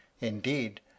Indeed